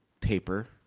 paper